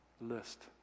list